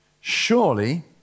Surely